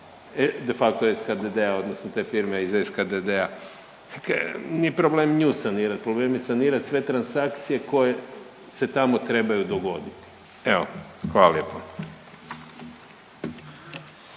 de facto SKDD-a odnosno te firme iz SKDD-a nije problem nju sanirat, problem je sanirat sve transakcije koje se tamo trebaju dogoditi. Evo hvala lijepa.